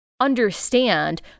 understand